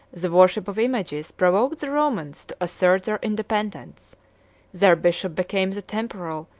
the worship of images, provoked the romans to assert their independence their bishop became the temporal,